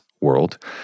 world